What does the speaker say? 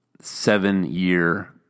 seven-year